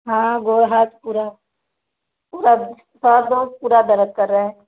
हाँ वह हाथ पूरा पूरा हाथ तो पूरा दर्द कर रहा है